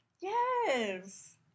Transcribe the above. Yes